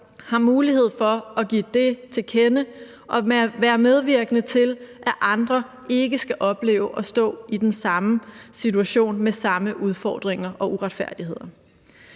har mulighed for at give det til kende og være medvirkende til, at andre ikke skal opleve at stå i den samme situation med samme udfordringer og uretfærdigheder.